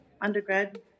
undergrad